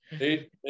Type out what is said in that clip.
eight